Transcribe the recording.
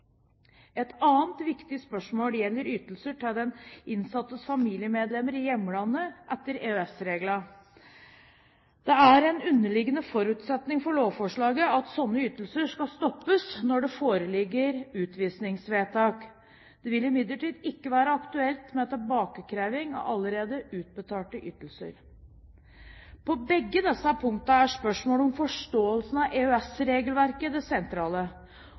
Et annet viktig spørsmål gjelder ytelser til den innsattes familiemedlemmer i hjemlandet etter EØS-reglene. Det er en underliggende forutsetning for lovforslaget at slike ytelser skal stoppes når det foreligger utvisningsvedtak. Det vil imidlertid ikke være aktuelt med tilbakekreving av allerede utbetalte ytelser. På begge disse punktene er spørsmålet om forståelsen av EØS-regelverket det sentrale,